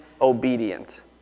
obedient